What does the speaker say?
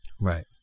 Right